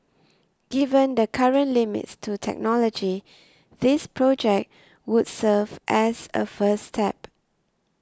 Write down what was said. given the current limits to technology this project would serve as a first step